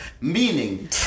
Meaning